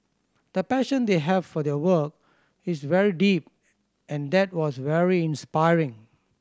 the passion they have for their work is very deep and that was very inspiring